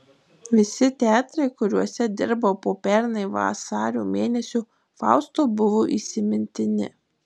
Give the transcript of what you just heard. visi teatrai kuriuose dirbau po pernai vasario mėnesio fausto buvo įsimintini